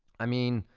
i mean,